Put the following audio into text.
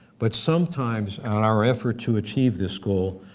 but sometimes and in our effort to achieve this goal,